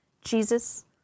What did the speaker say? Jesus